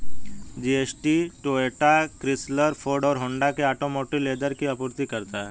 GST Toyota, Chrysler, Ford और Honda के automotive leather की आपूर्ति करता है